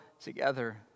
together